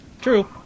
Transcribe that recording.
True